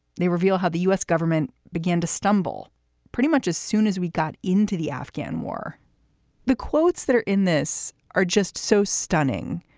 they reveal how the u s. government began to stumble pretty much as soon as we got into the afghan war the quotes that are in this are just so stunning.